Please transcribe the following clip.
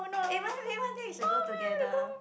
eh maybe one day we should go together